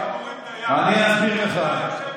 אתה יושב כאן, ובמקום לאחד אתה כל הזמן מסית.